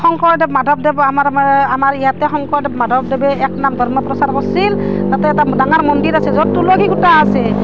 শংকৰদেৱ মাধৱদেৱ আমাৰ আমাৰ ইয়াতে শংকৰদেৱ মাধৱদেৱে এক নাম ধৰ্ম প্ৰচাৰ কৰিছিল তাতে এটা ডাঙৰ মন্দিৰ আছে য'ত তুলসী খুঁটা আছে